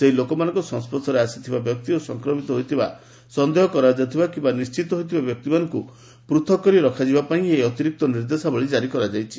ସେହି ଲୋକମାନଙ୍କର ସଂସ୍କର୍ଶରେ ଆସିଥିବା ବ୍ୟକ୍ତି ଓ ସଂକ୍ରମିତ ହୋଇଥିବାର ସନ୍ଦେହ କରାଯାଉଥିବା କିମ୍ବା ନିଶ୍ଚିତ ହୋଇଥିବା ବ୍ୟକ୍ତିମାନଙ୍କ ପୃଥକ କରି ରଖାଯିବା ପାଇଁ ଏହି ଅତିରିକ୍ତ ନିର୍ଦ୍ଦେଶାବଳୀ କାରି କରାଯାଇଛି